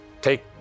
Take